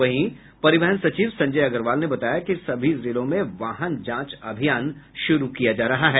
वहीं परिवहन सचिव संजय अग्रवाल ने बताया कि सभी जिलों में वाहन जांच अभियान शुरू किया जा रहा है